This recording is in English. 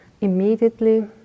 Immediately